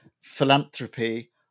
philanthropy